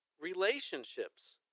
relationships